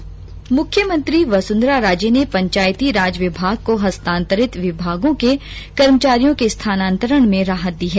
मुख्यमंत्री वसुंधरा राजे ने पंचायतीराज विभाग को हस्तांतरित विभागों के कर्मचारियों को स्थानांतरण में राहत दी है